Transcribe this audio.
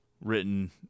written